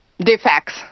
defects